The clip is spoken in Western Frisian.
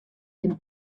kin